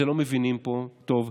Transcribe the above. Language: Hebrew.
לא מבינים פה טוב,